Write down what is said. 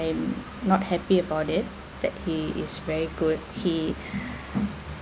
I'm not happy about it that he is very good he